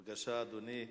בבקשה, אדוני,